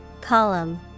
Column